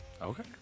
Okay